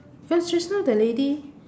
cause just now the lady